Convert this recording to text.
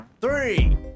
three